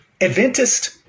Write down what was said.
Adventist